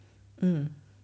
mm